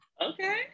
okay